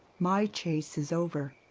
my chase is over.